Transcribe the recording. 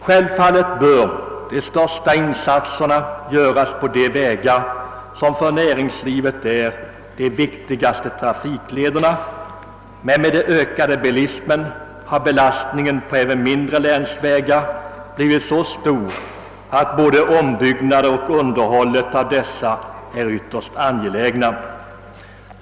Självfallet bör de största insatserna göras på de vägar som för näringslivet är de viktigaste trafiklederna. Men med den ökade bilismen har belastningen på även mindre länsvägar blivit så stor, att både ombygg nader och underhåll härav blivit något ytterst angeläget.